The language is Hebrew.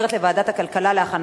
לוועדה שתקבע ועדת הכנסת נתקבלה.